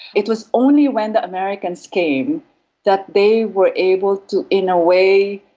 it was only when the americans came that they were able to, in a way,